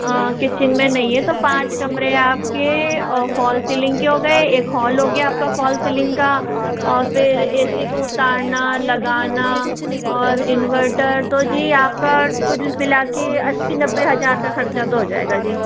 kitchen में नहीं है तो पाँच कमरे आप के फॉल सीलिंग के हो गए एक हॉल हो गया आप का फॉल सीलिंग का और फिर एसी को उतारना लगाना और इनवर्टर तो जी आप का कुल मिला के अस्सी नब्बे हज़ार का ख़र्च तो हो जाएगा जी